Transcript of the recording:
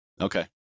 Okay